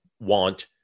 want